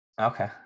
Okay